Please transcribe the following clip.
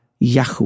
yahweh